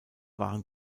waren